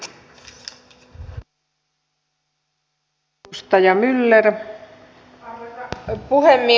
arvoisa puhemies